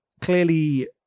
clearly